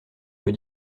peu